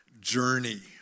journey